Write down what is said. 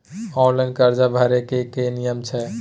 Online कर्जा भरै के की नियम छै?